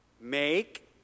make